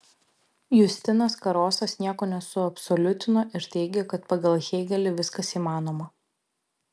justinas karosas nieko nesuabsoliutino ir teigė kad pagal hėgelį viskas įmanoma